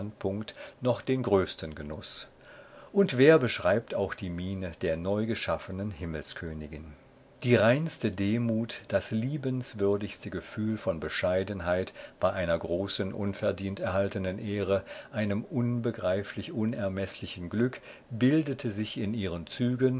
noch den größten genuß und wer beschreibt auch die miene der neugeschaffenen himmelskönigin die reinste demut das liebenswürdigste gefühl von bescheidenheit bei einer großen unverdient erhaltenen ehre einem unbegreiflich unermeßlichen glück bildete sich in ihren zügen